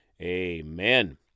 amen